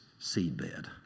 seedbed